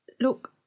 Look